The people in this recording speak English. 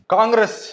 Congress